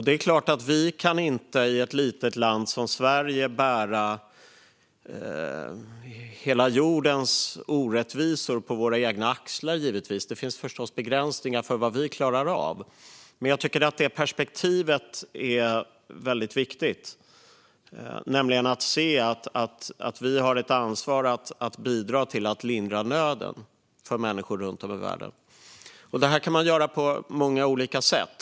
Det är klart att vi, i ett litet land som Sverige, inte kan bära hela jordens orättvisor på våra egna axlar; det finns förstås begränsningar för vad vi klarar av. Men jag tycker att detta perspektiv är väldigt viktigt. Det är viktigt att se att vi har ett ansvar att bidra till att lindra nöden för människor runt om i världen. Detta kan man göra på många olika sätt.